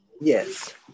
Yes